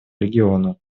региону